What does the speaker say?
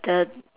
the